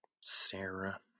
Sarah